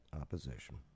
opposition